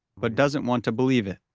but doesn't want to believe it.